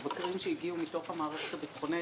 המבקרים שהגיעו מתוך המערכת הביטחונית